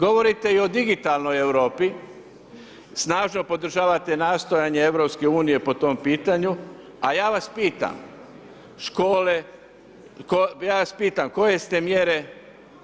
Govorite i o digitalnoj Europi, snažno podržavate nastojanje EU po tom pitanju, a ja vas pitam škole, ja vas pitam koje ste mjere